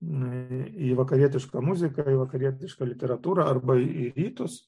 į vakarietišką muziką į vakarietišką literatūrą arba į rytus